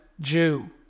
Jew